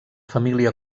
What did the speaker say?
família